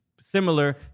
similar